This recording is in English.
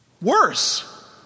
Worse